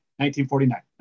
1949